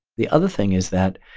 the other thing is that,